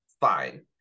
fine